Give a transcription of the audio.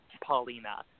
Paulina